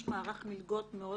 יש מערך מלגות מאוד